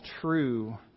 true